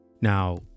now